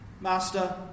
Master